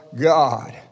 God